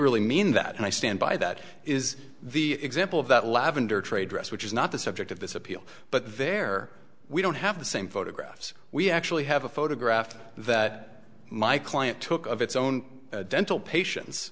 really mean that and i stand by that is the example of that lavender trade dress which is not the subject of this appeal but there we don't have the same photographs we actually have a photograph that my client took of its own dental patients